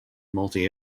multi